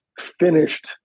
finished